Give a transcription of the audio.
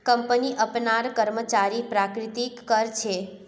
company अपनार कर्मचारीक पंजीकृत कर छे